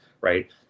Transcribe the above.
right